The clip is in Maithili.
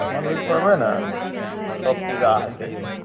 मन्दिरपर अएबै ने तब पूजा हेतै